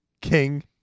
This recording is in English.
king